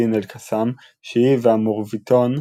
א-דין אל-קסאם" שהיא וה"מוראביטון"